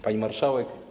Pani Marszałek!